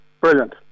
brilliant